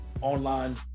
online